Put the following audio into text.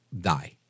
die